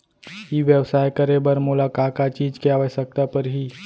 ई व्यवसाय करे बर मोला का का चीज के आवश्यकता परही?